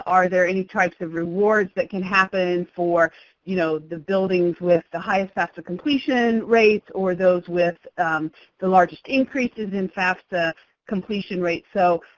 are there any types of rewards that can happen for you know the buildings with the highest fafsa completion rates or those with the largest increases in fafsa completion rates. so,